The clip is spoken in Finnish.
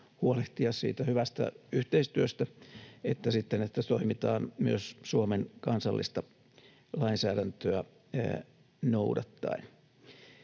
huolehtia sekä siitä hyvästä yhteistyöstä että siitä, että toimitaan myös Suomen kansallista lainsäädäntöä noudattaen.